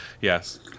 yes